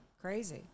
Crazy